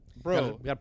Bro